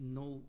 no